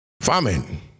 famine